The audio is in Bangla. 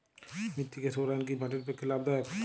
মৃত্তিকা সৌরায়ন কি মাটির পক্ষে লাভদায়ক?